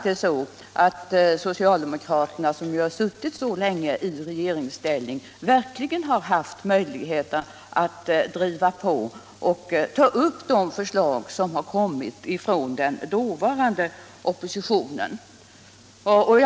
Socialdemokraterna, som suttit så länge i regeringsställning, har verkligen haft möjlighet att driva på och ta upp de förslag som har kommit från den dåvarande oppositionen.